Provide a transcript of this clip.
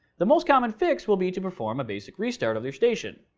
the most common fix will be to perform a basic restart of your station.